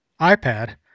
iPad